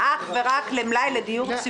יש לך, אגב, שעון הזדמנויות.